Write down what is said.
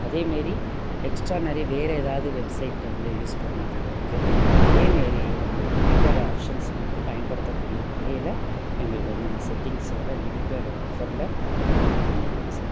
அதே மாரி எக்ஸ்ட்ரா நிறைய வேறு எதாவது வெப்சைட்டை வந்து யூஸ் பண்ணாத அளவுக்கு அதே மாரி அந்த லிமிடெட் ஆப்ஷன்ஸை மட்டும் பயன்படுத்தக்கூடிய வகையில எங்களுக்கு வந்து அந்த செட்டிங்ஸ்ஸோட லிமிடெட் ஆஃபரில் எங்களுக்குக் கொஞ்சம் பண்ணிக்கொடுங்க சார்